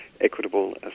equitable